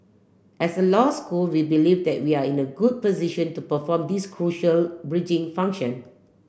as a law school we believe that we are in a good position to perform this crucial bridging function